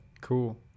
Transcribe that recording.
cool